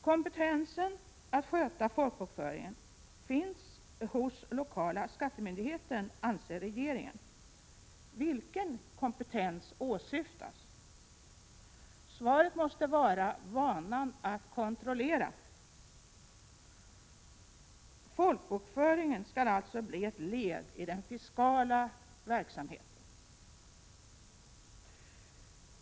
Kompetensen att sköta folkbokföringen finns hos lokala skattemyndigheten, anser regeringen. Vilken kompetens åsyftas? Svaret måste vara: vanan att kontrollera. Folkbokföringen skall alltså bli ett led i den fiskala verksamheten.